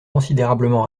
considérablement